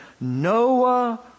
Noah